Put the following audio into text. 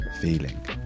feeling